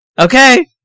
Okay